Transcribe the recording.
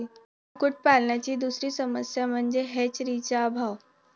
कुक्कुटपालनाची दुसरी समस्या म्हणजे हॅचरीचा अभाव